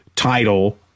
title